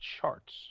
charts